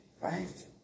right